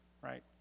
right